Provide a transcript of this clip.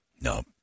No